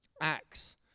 Acts